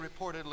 reportedly